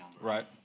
right